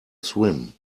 swim